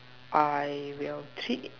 I will treat